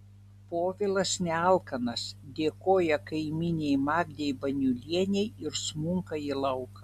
povilas nealkanas dėkoja kaimynei magdei baniulienei ir smunka į lauką